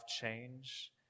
change